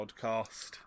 podcast